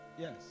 Yes